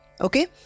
Okay